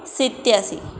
સત્યાશી